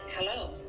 hello